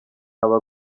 aba